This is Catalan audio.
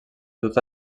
tota